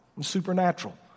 Supernatural